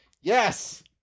Yes